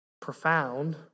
profound